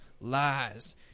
lies